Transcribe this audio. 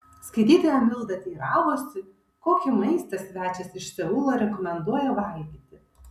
skaitytoja milda teiravosi kokį maistą svečias iš seulo rekomenduoja valgyti